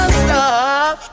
stop